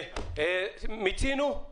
מיצינו?